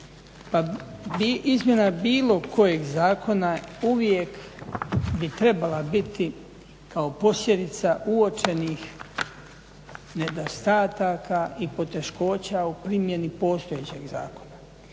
izmjena bilo kojeg zakona uvijek bi trebala biti kao posljedica uočenih nedostataka i poteškoća u primjeni postojećeg zakona